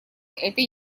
этой